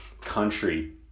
country